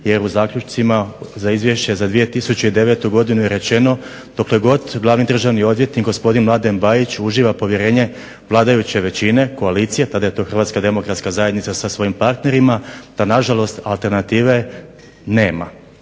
jer u zaključcima za Izvješće za 2009. godinu je rečeno dokle god glavni državni odvjetnika gospodin Bajić uživa povjerenje vladajuće većine koalicije, tada je to bila Hrvatska demokratska zajednica sa svojim partnerima da na žalost alternative nema.